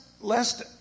lest